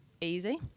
easy